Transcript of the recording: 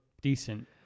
decent